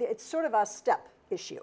it's sort of a step issue